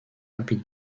rapid